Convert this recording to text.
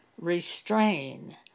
restrain